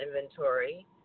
inventory